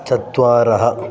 चत्वारः